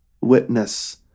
witness